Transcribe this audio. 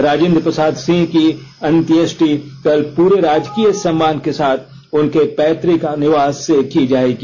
राजेन्द्र प्रसाद सिंह की अंत्येष्टि कल पूरे राजकीय सम्मान के साथ उनके पैत्रिक निवास से की जायेगी